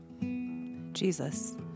Jesus